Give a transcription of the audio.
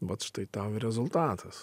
vat štai tau ir rezultatas